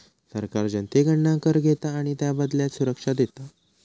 सरकार जनतेकडना कर घेता आणि त्याबदल्यात सुरक्षा देता